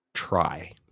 Try